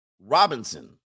Robinson